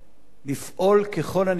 לפעול ככל הניתן,